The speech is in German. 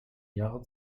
jahre